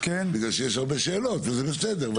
בגלל שיש הרבה שאלות וזה בסדר,